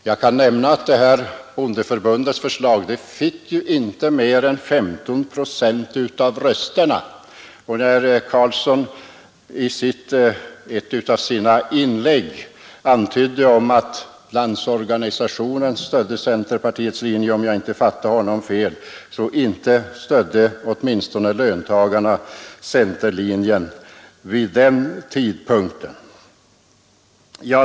Jag kan nämna att bondeförbundets förslag inte fick mer än 15 procent av rösterna, och när herr Carlsson i Vikmanshyttan i ett av sina inlägg antydde, om jag inte fattade honom fel, att LO stödde centerpartiets linje kan jag säga att löntagarna i varje fall inte stödde centerlinjen vid den tidpunkten.